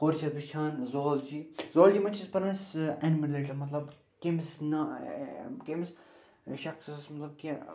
ہورٕ چھِ یَتھ وٕچھان زالجی زالجی منٛز چھِ أسۍ پَران اٮ۪نمٕل رِلیٹد مطلب کٔمِس نا کٔمِس شخصس مطلب کہِ